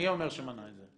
מי אומר שמנע את זה?